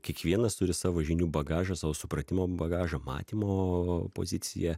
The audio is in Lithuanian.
kiekvienas turi savo žinių bagažą savo supratimo bagažą matymo poziciją